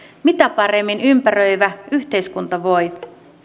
mitä paremmin ympäröivä yhteiskunta voi